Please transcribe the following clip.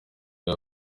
iyi